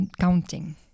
counting